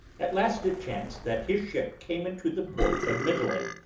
at last it chanced that his ship came into the port of mitylene,